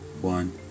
one